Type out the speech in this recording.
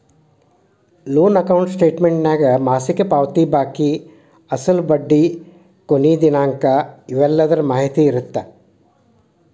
loan account ಸ್ಟೇಟಮೆಂಟ್ನ್ಯಾಗ ಮಾಸಿಕ ಪಾವತಿ ಬಾಕಿ ಅಸಲು ಬಡ್ಡಿ ಕೊನಿ ದಿನಾಂಕ ಇವೆಲ್ಲದರ ಮಾಹಿತಿ ಇರತ್ತ